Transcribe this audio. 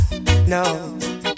no